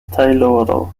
tajloro